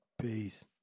Peace